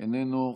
איננו.